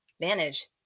manage